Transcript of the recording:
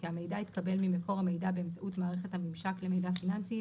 כי המידע התקבל ממקור המידע באמצעות מערכת הממשק למידע פיננסי,